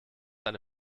eine